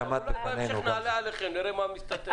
אולי בהמשך נעלה עליכם, נראה מה מסתתר.